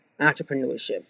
entrepreneurship